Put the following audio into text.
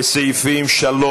לסעיפים 3,